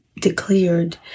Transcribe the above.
declared